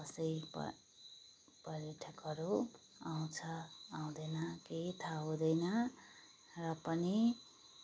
कसै प पर्यटकहरू आउँछ आउँदैन केही थाहा हुँदैन र पनि